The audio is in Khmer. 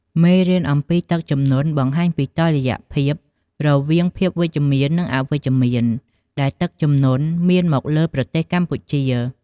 មេរៀនអំពីទឹកជំនន់បង្ហាញពីតុល្យភាពរវាងភាពវិជ្ជមាន និងអវិជ្ជមានដែលទឹកជំនន់មានមកលើប្រទេសកម្ពុជា។